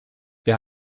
wir